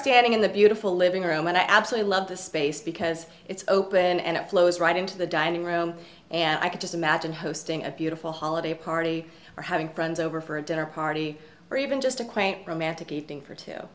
standing in the beautiful living room and i absolutely love the space because it's open and it flows right into the dining room and i could just imagine hosting a beautiful holiday party for having friends over for a dinner party or even just a quaint romantic evening for t